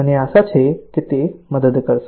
મને આશા છે કે તે મદદ કરશે